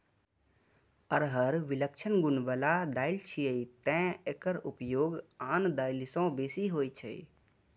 अरहर विलक्षण गुण बला दालि छियै, तें एकर उपयोग आन दालि सं बेसी होइ छै